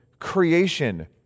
creation